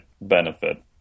benefit